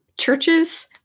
churches